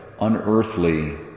unearthly